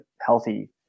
healthy